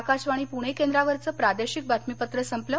आकाशवाणी प्णे केंद्रावरचं प्रादेशिक बातमीपत्र संपलं